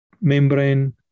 membrane